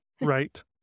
Right